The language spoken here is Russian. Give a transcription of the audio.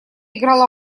играла